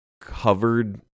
covered